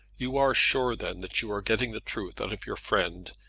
you are sure then that you are getting the truth out of your friend,